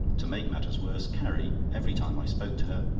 to make matters worse, carrie, every time i spoke to her,